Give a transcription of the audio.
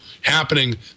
happening